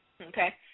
Okay